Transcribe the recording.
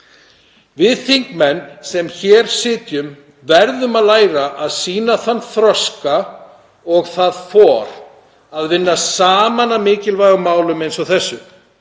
Við þingmenn sem hér sitjum verðum að læra að sýna þann þroska og það þor að vinna saman að mikilvægum málum eins og þessu,